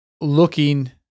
looking